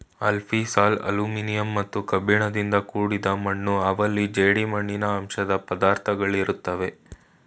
alfisol aluminium ಮತ್ತು ಕಬ್ಬಿಣದಿಂದ ಕೂಡಿದ ಮಣ್ಣು ಅವಲ್ಲಿ ಜೇಡಿಮಣ್ಣಿನ ಅಂಶದ್ ಪದರುಗಳಿರುತ್ವೆ